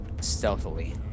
stealthily